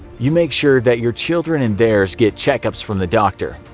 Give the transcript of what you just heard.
you make sure that your children and theirs get check-ups from the doctor,